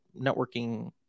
networking